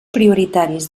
prioritaris